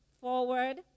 forward